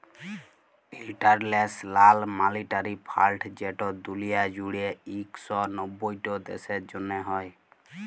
ইলটারল্যাশ লাল মালিটারি ফাল্ড যেট দুলিয়া জুইড়ে ইক শ নব্বইট দ্যাশের জ্যনহে হ্যয়